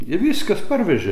ir viskas parvežė